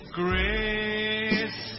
grace